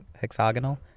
Hexagonal